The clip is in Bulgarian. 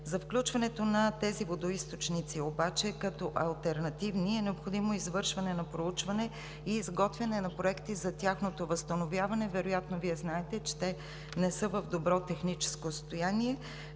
За включването обаче на тези водоизточници като алтернативни е необходимо извършване на проучване и изготвяне на проекти за тяхното възстановяване. Вероятно Вие знаете, че те не са в добро техническо състояние,